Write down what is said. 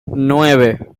nueve